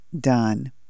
done